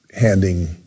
handing